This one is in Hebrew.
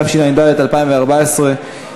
התשע"ד 2014,